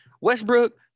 Westbrook